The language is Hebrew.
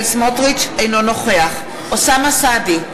אינו נוכח אוסאמה סעדי,